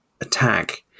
attack